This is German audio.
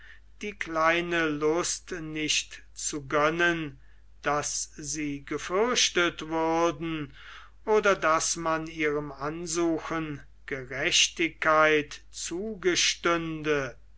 die kleine lust nicht zu gönnen daß sie gefürchtet würden oder daß man ihrem ansuchen gerechtigkeit zugestünde